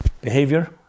behavior